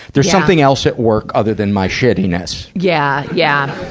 there's something else at work other than my shittiness. yeah. yeah.